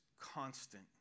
constant